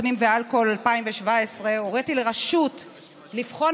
סמים ואלכוהול מ-2017 הוריתי לרשות לבחון